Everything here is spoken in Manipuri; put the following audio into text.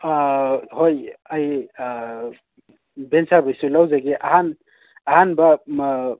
ꯍꯣꯏ ꯑꯩ ꯕꯦꯟ ꯁꯥꯔꯕꯤꯁꯁꯨ ꯂꯧꯖꯒꯦ ꯑꯍꯥꯟꯕ